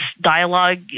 dialogue